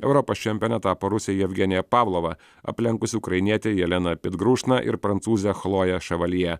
europos čempione tapo rusė jevgenija pavlova aplenkusi ukrainietę jeleną pitgrušną ir prancūzę chloją šavalije